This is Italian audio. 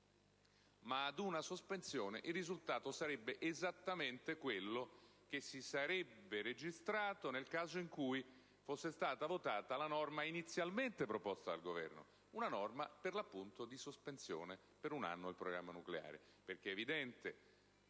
ma ad una sospensione, il risultato sarebbe esattamente quello che si sarebbe registrato nel caso in cui fosse stata votata la norma inizialmente proposta dal Governo, ovvero una sospensione per un anno del programma nucleare.